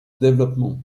développement